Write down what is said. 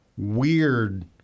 weird